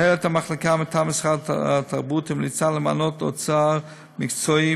מנהלת המחלקה מטעם משרד התרבות המליצה למנות בהקדם אוצר מקצועי